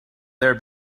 there